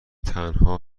تنها